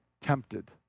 tempted